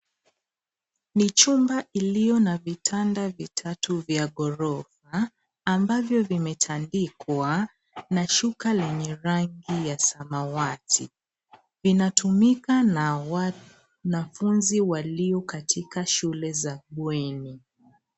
Ni chumba iliyo na vitanda vitatu vya ghorofa ambavyo vimetandikwa na shuka lenye rangi ya samawati. Inatumika na wanafunzi walio katika shule za bweni.